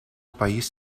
país